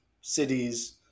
cities